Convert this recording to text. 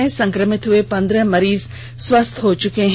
अबतक संक्रमित हुए पंद्रह मरीज स्वास्थ हो चुके है